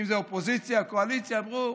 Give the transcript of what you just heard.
אם זה אופוזיציה, קואליציה, אמרו: